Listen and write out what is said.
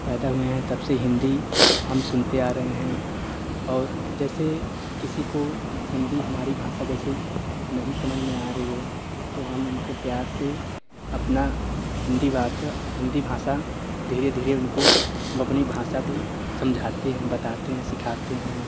पैदा हुए हैं तब से हिंदी हम सुनते आ रहे हैं और जैसे किसी को हिंदी हमारी भाषा जैसे नहीं समझ में आ रही है तो हम उनको प्यार से अपना हिंदी बात हिंदी भाषा धीरे धीरे उनको हम अपनी भाषा को समझाते हैं बताते हैं सिखाते हैं